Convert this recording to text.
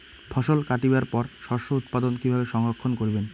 ফছল কাটিবার পর শস্য উৎপাদন কিভাবে সংরক্ষণ করিবেন?